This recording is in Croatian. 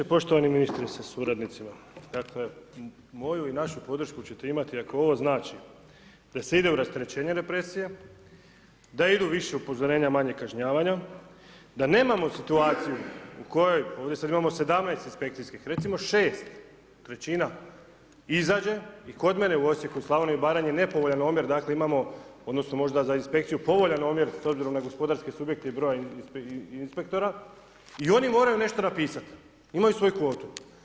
Poštovani ministre sa suradnicima, moju i našu podršku ćete imati ako ovo znači, da se ide u rasterećenje represije, da idu više upozorenja, a manje kažnjavanja, da nemamo situaciju u kojoj ovdje sada imamo 17 inspekcijskih, recimo 6 trećina, izađe i kod mene u Osijeku, u Slavoniji, Baranji, nepovoljan omjer, imamo, odnosno, možda za inspekciju povoljan omjer, s obzirom na gospodarski subjekt i broj inspektora i oni moraju nešto napisati, imaju svoju kvotu.